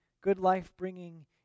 good-life-bringing